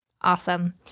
Awesome